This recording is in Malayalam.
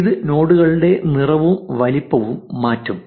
ഇത് നോഡുകളുടെ നിറവും വലുപ്പവും മാറ്റും